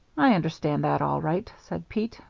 i understand that all right, said pete,